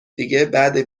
دیگه، بعد